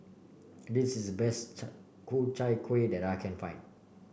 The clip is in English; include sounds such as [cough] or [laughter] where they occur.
this is the best [unintelligible] Ku Chai Kuih that I can find